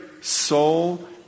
soul